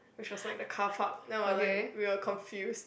which was like the carpark then we're like we were confused